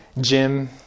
gym